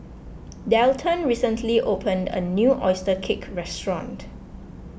Dalton recently opened a new Oyster Cake restaurant